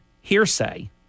hearsay